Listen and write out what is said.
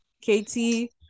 Katie